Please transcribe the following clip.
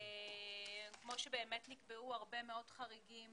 כמו שבאמת נקבעו הרבה מאוד חריגים